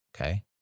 okay